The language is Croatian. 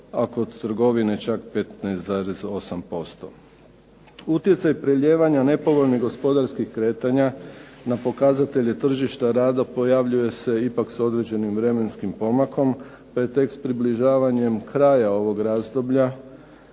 a kod trgovine čak 15,8%. Utjecaj prelijevanja nepovoljnih gospodarskih kretanja na pokazatelja tržišta rada pojavljuje se ipak s određenim vremenskim pomakom pa je tekst približavanjem kraja ovog razdoblja